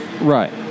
Right